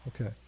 Okay